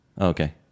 Okay